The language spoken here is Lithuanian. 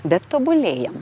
bet tobulėjam